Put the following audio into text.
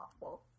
Awful